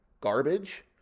garbage